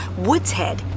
Woodshead